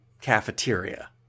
cafeteria